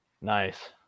nice